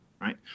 right